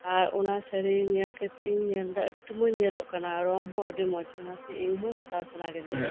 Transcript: ᱟᱨ ᱚᱱᱟ ᱥᱟᱹᱲᱤ ᱧᱮᱞ ᱠᱟᱛᱮᱫ ᱤᱧ ᱧᱮᱞ ᱫᱟ ᱟᱹᱰᱤ ᱢᱚᱸᱡᱽ ᱧᱮᱞᱚᱜ ᱠᱟᱱᱟ ᱨᱚᱝ ᱦᱚᱸ ᱟᱹᱰᱤ ᱢᱚᱸᱡᱽ ᱚᱱᱟᱛᱮ ᱤᱧ ᱦᱚᱸ ᱦᱟᱛᱟᱣ ᱥᱟᱱᱟ ᱠᱤᱫᱤᱧᱟ ᱟᱨ